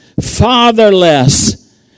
fatherless